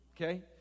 okay